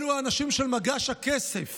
אלו האנשים של מגש הכסף